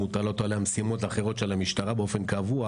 מוטלות עליה משימות אחרות של המשטרה באופן קבוע,